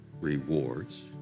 rewards